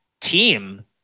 team